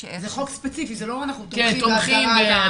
זה חוק ספציפי, זה לא שאנחנו תומכים ב...